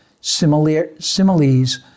similes